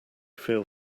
feel